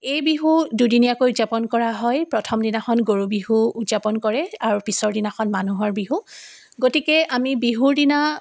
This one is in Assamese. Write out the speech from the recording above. এই বিহু দুদিনিয়াকৈ উদযাপন কৰা হয় প্ৰথম দিনাখন গৰু বিহু উদযাপন কৰে আৰু পিছৰ দিনাখন মানুহৰ বিহু গতিকে আমি বিহুৰ দিনা